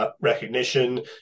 Recognition